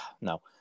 no